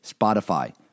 Spotify